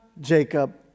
Jacob